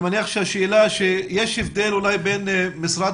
אני מניח שהשאלה שיש הבדל אולי בין משרד